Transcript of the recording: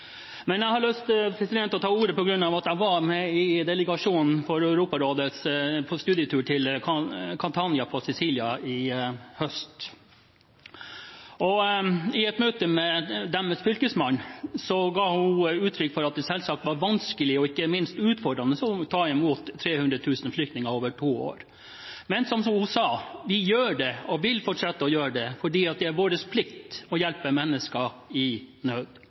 Jeg hadde lyst å ta ordet fordi jeg var med i delegasjonen fra Europarådet som hadde studietur til Catania på Sicilia i høst. I et møte med deres fylkesmann ga hun uttrykk for at det selvsagt var vanskelig og ikke minst utfordrende å ta imot 300 000 flyktninger over to år. Men hun sa: Vi gjør det og vil fortsette å gjøre det, for det er vår plikt å hjelpe mennesker i nød.